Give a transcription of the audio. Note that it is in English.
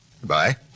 Goodbye